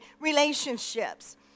relationships